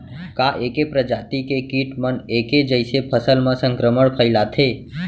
का ऐके प्रजाति के किट मन ऐके जइसे फसल म संक्रमण फइलाथें?